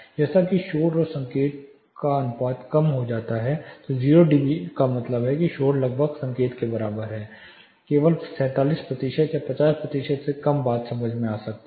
जैसा कि शोर और संकेत का अनुपात कम हो जाता है 0 डीबी का मतलब है कि शोर लगभग संकेत के बराबर है केवल 47 प्रतिशत या 50 प्रतिशत से कम समझा जा सकता है